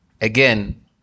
again